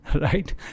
right